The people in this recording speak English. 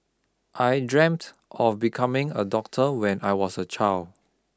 I dreamt of becoming a doctor when I was a child